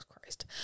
Christ